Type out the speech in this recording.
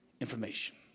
information